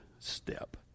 step